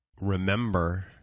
remember